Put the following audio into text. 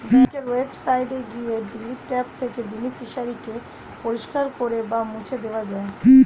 ব্যাঙ্কের ওয়েবসাইটে গিয়ে ডিলিট ট্যাব থেকে বেনিফিশিয়ারি কে পরিষ্কার করে বা মুছে দেওয়া যায়